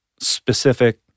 specific